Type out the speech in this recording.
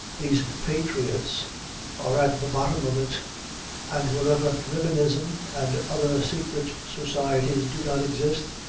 these patriots are at the bottom of it and wherever ribbonism and other secret societies do not exist,